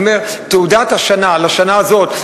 אני אומר: תעודת השנה לשנה הזאת,